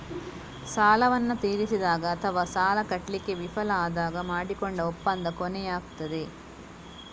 ಸಾಲವನ್ನ ತೀರಿಸಿದಾಗ ಅಥವಾ ಸಾಲ ಕಟ್ಲಿಕ್ಕೆ ವಿಫಲ ಆದಾಗ ಮಾಡಿಕೊಂಡ ಒಪ್ಪಂದ ಕೊನೆಯಾಗ್ತದೆ